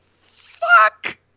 fuck